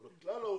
אבל בכלל העובדים,